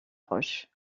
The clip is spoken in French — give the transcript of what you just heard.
roche